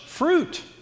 fruit